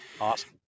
awesome